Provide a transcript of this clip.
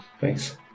thanks